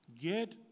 get